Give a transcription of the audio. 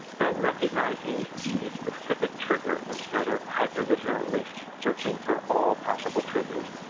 then recognizing a specific trigger instead of hyper vigilantly searching for all possible triggers,